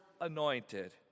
anointed